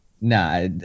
Nah